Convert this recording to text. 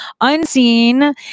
unseen